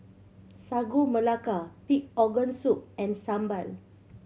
Sagu Melaka pig organ soup and sambal